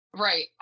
Right